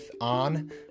on